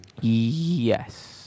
Yes